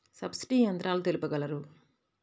Subsidy యంత్రాలు తెలుపగలరు?